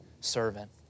Servant